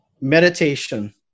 meditation